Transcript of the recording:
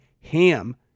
Ham